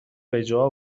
بجا